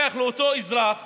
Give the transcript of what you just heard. לוקח לאותו אזרח